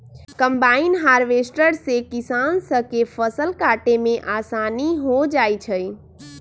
combine harvester से किसान स के फसल काटे में आसानी हो जाई छई